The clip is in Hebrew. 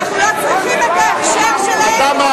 אנחנו לא צריכים את ההכשר שלהם.